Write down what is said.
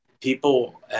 People